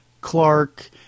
Clark